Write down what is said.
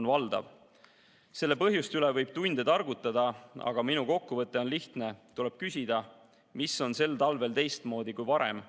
on valdav. Selle põhjuste üle võib tunde targutada, aga minu kokkuvõte on lihtne: tuleb küsida, mis on sel talvel teistmoodi kui varem.